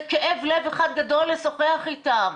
זה כאב לב אחד גדול לשוחח אתם.